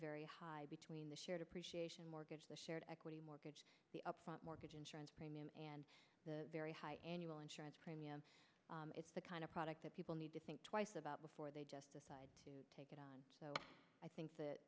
very high between the shared appreciation mortgage the shared equity mortgage the upfront mortgage insurance premium and the very high end of all insurance premiums it's the kind of product that people need to think twice about before they just decide to take it so i think that